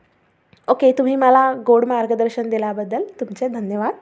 okay तुम्ही मला गोड मार्गदर्शन दिल्याबद्दल तुमचे धन्यवाद